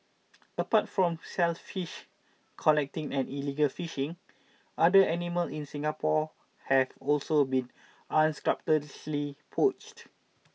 apart from shells fish collecting and illegal fishing other animal in Singapore have also been unscrupulously poached